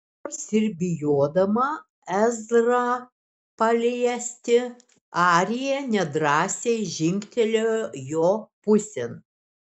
nors ir bijodama ezrą paliesti arija nedrąsiai žingtelėjo jo pusėn